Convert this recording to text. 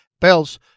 Bells